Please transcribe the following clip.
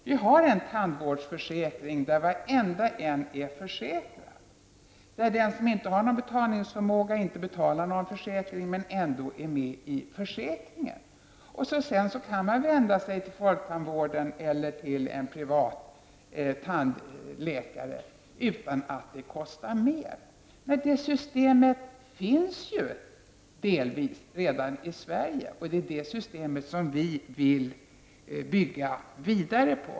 Vi har ju en tandvårdsförsäkring som omfattar varenda en. Den som saknar betalningsförmåga betalar inte någon försäkring men omfattas ändå av försäkringen. Man kan vända sig till folktandvården eller till en privat tandläkare, som inte kostar mer. Det systemet finns alltså redan delvis i Sverige. Det är det systemet som vi vill bygga vidare på.